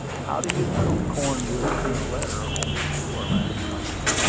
how do you know cornwood sent a letter on shore last night?